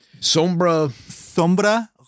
sombra